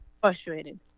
frustrated